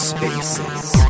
Spaces